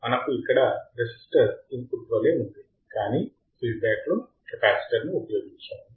మనకు ఇక్కడ resistor input వలె ఉంది కానీ ఫీడ్ బ్యాక్ లో కెపాసిటర్ను ఉపయోగించాము